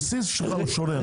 הבסיס שלך הוא שונה.